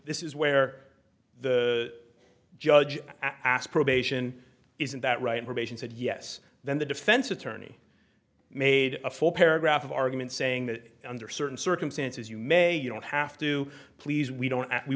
is is where the judge asked probation isn't that right relations said yes then the defense attorney made a full paragraph of argument saying that under certain circumstances you may you don't have to please we don't we